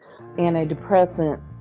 antidepressant